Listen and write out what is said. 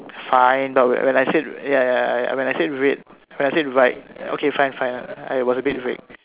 fine but when I said ya ya ya when I said red when I said right okay fine fine uh it was a bit red